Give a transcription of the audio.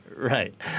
Right